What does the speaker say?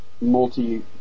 multi